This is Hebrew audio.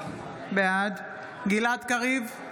בעד גלעד קריב,